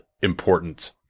important